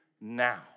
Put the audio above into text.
now